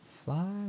Fly